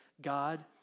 God